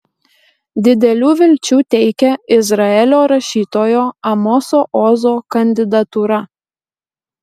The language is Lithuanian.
didelių vilčių teikia izraelio rašytojo amoso ozo kandidatūra